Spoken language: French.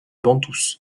bantous